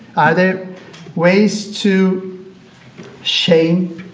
are there ways to shame,